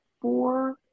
four